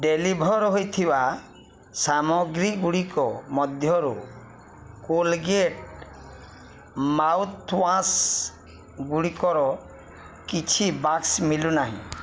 deliver ହୋଇଥିବା ସାମଗ୍ରୀଗୁଡ଼ିକ ମଧ୍ୟରୁ କୋଲଗେଟ୍ ମାଉଥ୍ୱାଶ୍ଗୁଡ଼ିକର କିଛି ବାକ୍ସ ମିଳୁନାହିଁ